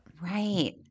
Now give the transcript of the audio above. Right